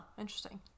Interesting